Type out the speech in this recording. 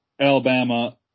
Alabama